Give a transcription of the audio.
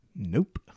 Nope